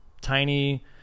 tiny